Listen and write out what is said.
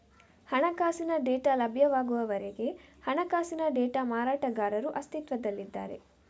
ಹಣಕಾಸಿನ ಡೇಟಾ ಲಭ್ಯವಾಗುವವರೆಗೆ ಹಣಕಾಸಿನ ಡೇಟಾ ಮಾರಾಟಗಾರರು ಅಸ್ತಿತ್ವದಲ್ಲಿದ್ದಾರೆ